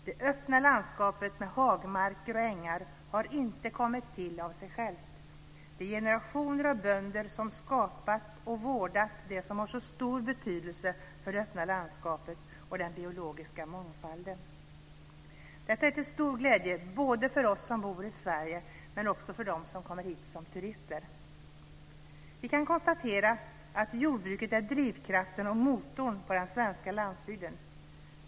Det öppna landskapet med hagmarker och ängar har inte kommit till av sig självt. Det är generationer av bönder som skapat och vårdat det som har så stor betydelse för det öppna landskapet och den biologiska mångfalden. Detta är till stor glädje för oss som bor i Sverige, men också för dem som kommer hit som turister. Vi kan konstatera att jordbruket är drivkraften och motorn på den svenska landsbygden.